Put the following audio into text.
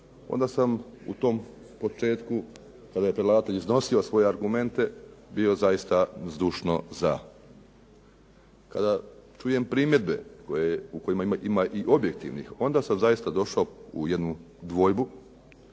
onda sam u tom početku kad je …/Govornik se ne razumije./… iznosio svoje argumente, bio zaista zdušno za. Kada čujem primjedbe u kojima ima i objektivnih, onda sam zaista došao u jednu dvojbu,